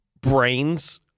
brains